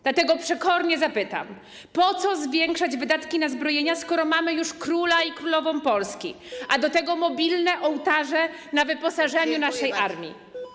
Dlatego przekornie zapytam: Po co zwiększać wydatki na zbrojenia, skoro mamy już króla i królową Polski, a do tego mobilne ołtarze na wyposażeniu naszej armii?